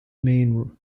main